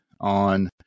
on